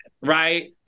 right